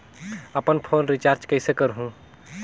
अपन phone recharge कइसे करहु?